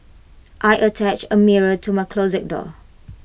I attached A mirror to my closet door